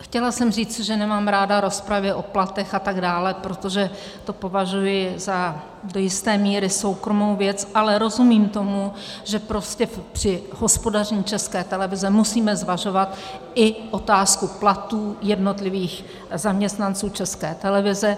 Chtěla jsem říct, že nemám ráda rozpravy o platech a tak dále, protože to považuji za do jisté míry soukromou věc, ale rozumím tomu, že prostě při hospodaření České televize musíme zvažovat i otázku platů jednotlivých zaměstnanců České televize.